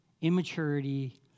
immaturity